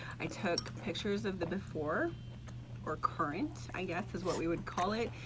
i took pictures of the before or current, i guess, what we would call it,